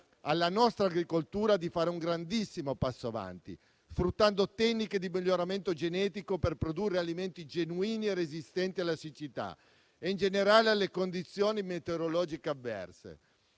alla nostra agricoltura di fare un grandissimo passo in avanti, sfruttando le tecniche di miglioramento genetico per produrre alimenti genuini e resistenti alla siccità e, in generale, alle condizioni meteorologiche avverse.